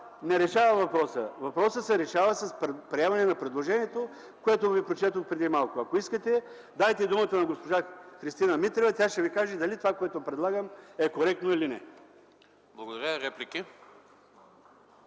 не решава въпроса. Въпросът се решава с приемане на предложението, което ви прочетох преди малко. Ако искате, дайте думата на госпожа Христина Митрева, тя ще ви каже дали това, което предлагам, е коректно или не. ПРЕДСЕДАТЕЛ